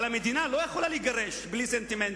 אבל המדינה לא יכולה לגרש בלי סנטימנטים.